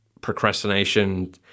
procrastination